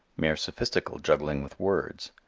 mere sophistical juggling with words.